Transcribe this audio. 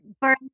Burn